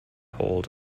hold